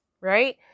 Right